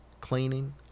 cleaning